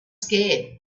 scared